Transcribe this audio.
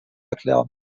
erklären